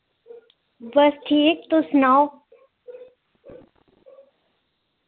बस ठीक तुस सनाओ